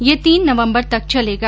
ये तीन नवम्बर तक चलेगा